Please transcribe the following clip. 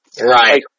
right